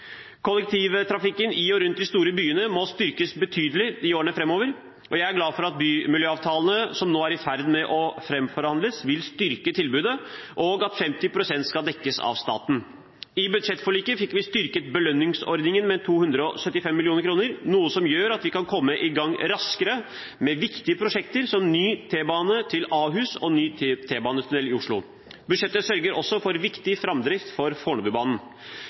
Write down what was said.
Kollektivtrafikken i og rundt de store byene må styrkes betydelig i årene framover. Jeg er glad for at bymiljøavtalene som nå er i ferd med å framforhandles, vil styrke tilbudet, og at 50 pst. skal dekkes av staten. I budsjettforliket fikk vi styrket belønningsordningen med 275 mill. kr, noe som gjør at vi kan komme i gang raskere med viktige prosjekter som ny T-bane til Ahus og ny T-banetunnel i Oslo. Budsjettet sørger også for viktig framdrift for Fornebubanen.